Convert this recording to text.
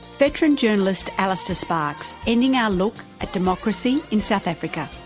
veteran journalist alistair sparks, ending our look at democracy in south africa.